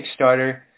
Kickstarter